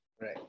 Right